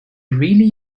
really